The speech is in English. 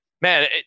Man